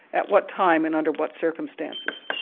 at what time, and under what circumstances.